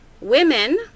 women